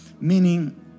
Meaning